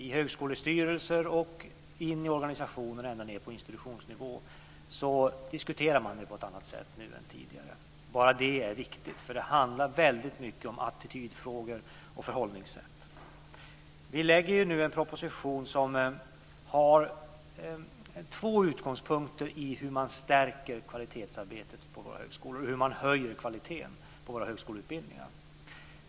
I högskolestyrelser och i organisationer ända ned på institutionsnivå diskuterar man det på ett annat sätt nu än tidigare. Bara det är viktigt. Det handlar väldigt mycket om attityder och förhållningssätt. Nu lägger vi fram en proposition som har två utgångspunkter i hur man stärker kvalitetsarbetet på våra högskolor och hur man höjer kvaliteten på våra högskoleutbildningar.